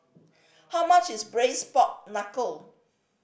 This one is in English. how much is Braised Pork Knuckle